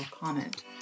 comment